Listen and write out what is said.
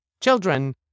children